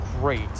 great